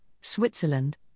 Switzerland